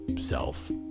self